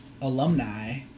alumni